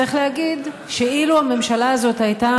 צריך להגיד שאילו הממשלה הזאת הייתה